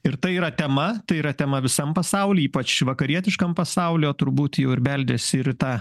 ir tai yra tema tai yra tema visam pasauly ypač vakarietiškam pasauly o turbūt jau ir beldėsi rita